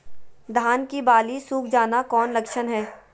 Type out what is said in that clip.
धान की बाली सुख जाना कौन लक्षण हैं?